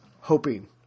hoping